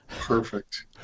Perfect